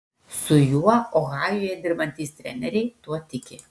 su juo ohajuje dirbantys treneriai tuo tiki